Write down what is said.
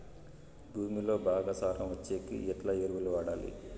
భూమిలో బాగా సారం వచ్చేకి ఎట్లా ఎరువులు వాడాలి?